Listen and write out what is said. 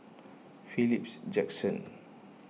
Philips Jackson